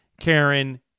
Karen